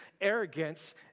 arrogance